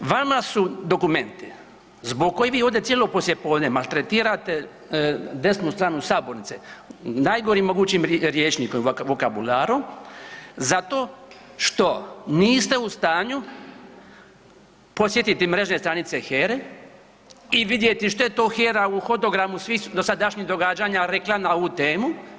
Vama su dokumenti zbog kojih vi ovdje cijelo poslijepodne maltretirate desnu stranu sabornice najgorim mogućim rječnikom i vokabularom zato što niste u stanju posjetiti mrežne stranice HERA-e i vidjeti što je to HERA u hodogramu svih dosadašnjih događanja rekla na ovu temu.